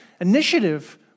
initiative